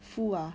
food ah